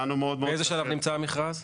באיזה שלב נמצא המכרז?